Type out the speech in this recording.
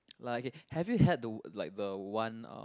like okay have you had the like the one uh